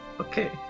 Okay